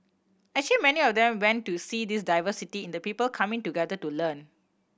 actually many of them want to see this diversity in the people coming together to learn